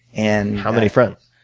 and how many friends?